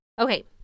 Okay